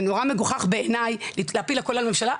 זה נורא מגוחך בעיניי להפיל הכל על המשטרה.